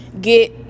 get